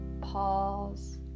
Pause